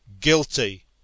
guilty